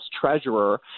Treasurer